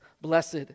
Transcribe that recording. blessed